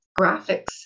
graphics